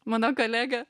mano kolega